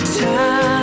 time